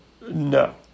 no